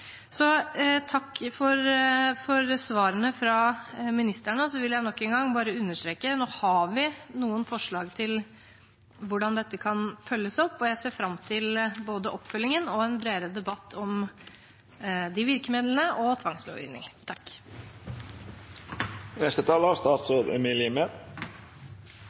Så takk for svarene fra ministrene. Så vil jeg nok en gang bare understreke at nå har vi noen forslag om hvordan dette kan følges opp, og jeg ser fram til både oppfølgingen og en bredere debatt om virkemidlene og tvangslovgivning.